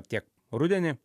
tiek rudenį